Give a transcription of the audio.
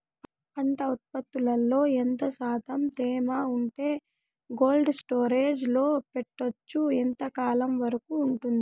పంట ఉత్పత్తులలో ఎంత శాతం తేమ ఉంటే కోల్డ్ స్టోరేజ్ లో పెట్టొచ్చు? ఎంతకాలం వరకు ఉంటుంది